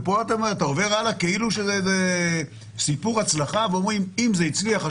ופה אתה עובר הלאה כאילו שזה איזה סיפור הצלחה ואומרים: אם זה הצליח,